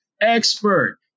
expert